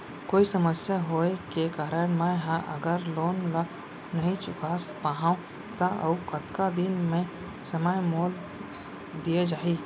कोई समस्या होये के कारण मैं हा अगर लोन ला नही चुका पाहव त अऊ कतका दिन में समय मोल दीये जाही?